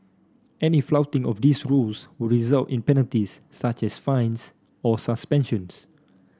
any flouting of these rules would result in penalties such as fines or suspensions